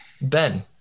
Ben